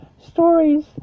stories